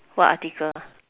what article